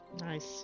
Nice